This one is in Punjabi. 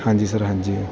ਹਾਂਜੀ ਸਰ ਹਾਂਜੀ